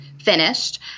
finished